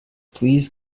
please